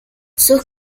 sus